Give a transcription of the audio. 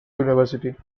university